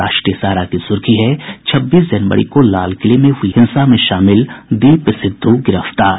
राष्ट्रीय सहारा की सुर्खी है छब्बीस जनवरी को लाल किले में हुई हिंसा में शामिल दीप सिद्धू गिरफ्तार